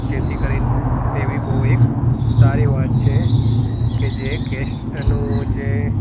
જેથી કરીને તે બી બહુ એક સારી વાત છે કે જે ગૅસ્ટનું જે